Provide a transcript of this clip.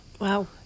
Wow